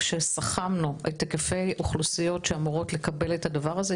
כשסכמנו את היקפי אוכלוסיות שאמורות לקבל את הדבר הזה,